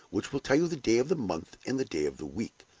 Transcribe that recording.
which will tell you the day of the month and the day of the week.